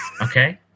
Okay